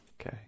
Okay